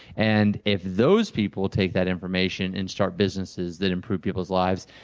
and if those people take that information and start businesses that improve people's lives,